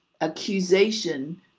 accusation